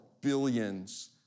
billions